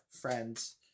friends